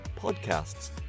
podcasts